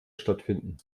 stattfinden